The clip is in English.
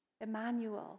Emmanuel